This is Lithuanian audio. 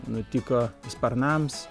nutiko sparnams